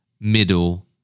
middle